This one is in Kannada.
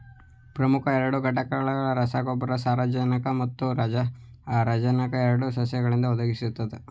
ಪ್ರಮುಖ ಎರಡು ಘಟಕ ರಸಗೊಬ್ಬರಗಳು ಸಾರಜನಕ ಮತ್ತು ರಂಜಕ ಎರಡನ್ನೂ ಸಸ್ಯಗಳಿಗೆ ಒದಗಿಸುತ್ವೆ